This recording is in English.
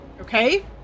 Okay